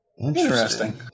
Interesting